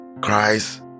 Christ